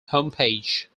homepage